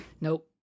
Nope